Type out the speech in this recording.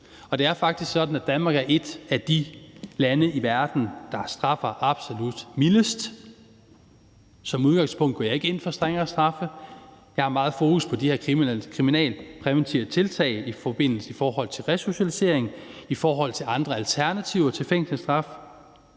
det er faktisk sådan, at Danmark er et af de lande i verden, der straffer absolut mildest. Som udgangspunkt går jeg ikke ind for strengere straffe, jeg har meget fokus på de her kriminalpræventive tiltag i forhold til resocialisering og i forhold til andre alternativer til fængselsstraf,